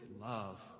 love